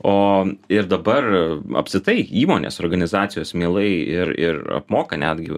o ir dabar apskritai įmonės organizacijos mielai ir ir apmoka netgi